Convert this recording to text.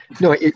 no